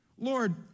Lord